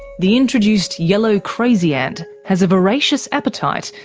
the introduced yellow crazy ant has a voracious appetite,